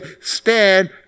stand